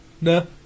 No